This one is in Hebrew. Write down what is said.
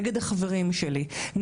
נגד החברים שלי,